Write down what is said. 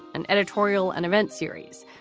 an editorial and event series.